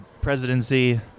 presidency